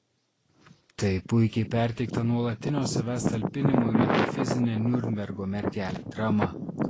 tai puikiai perteikta nuolatinio savęs talpinimo į metafizinę niurnbergo mergelę drama